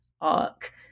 arc